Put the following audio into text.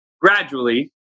gradually